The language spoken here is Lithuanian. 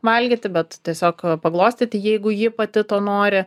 valgyti bet tiesiog paglostyti jeigu ji pati to nori